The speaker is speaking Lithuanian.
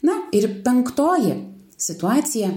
na ir penktoji situacija